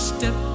Step